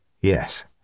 Yes